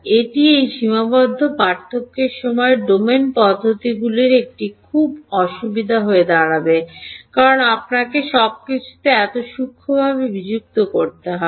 এটি এই সীমাবদ্ধ পার্থক্য সময়ের ডোমেন পদ্ধতিগুলির একটি খুব অসুবিধা হয়ে দাঁড়াবে কারণ আপনাকে সবকিছুকে এত সূক্ষ্মভাবে বিযুক্ত করতে হবে